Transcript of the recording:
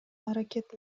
аракет